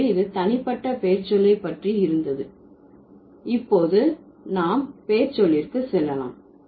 எனவே இது தனிப்பட்ட பெயர் சொல்லை பற்றி இருந்தது இப்போது நாம் பெயர் சொல்லிற்கு செல்லலாம்